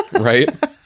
right